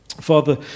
Father